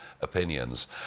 opinions